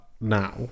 now